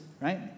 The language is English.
right